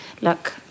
look